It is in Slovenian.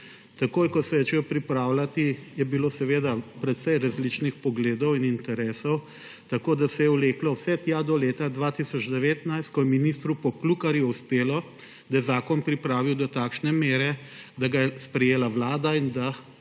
Takoj ko se je začel pripravljati, je bilo seveda precej različnih pogledov in interesov, tako da se je vleklo vse tja do leta 2019, ko je ministru Poklukarju uspelo, da je zakon pripravil do takšne mere, da ga je sprejela Vlada in da